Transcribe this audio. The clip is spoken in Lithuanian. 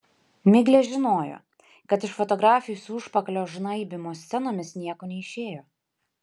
miglė žinojo kad iš fotografijų su užpakalio žnaibymo scenomis nieko neišėjo